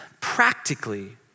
practically